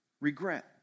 regret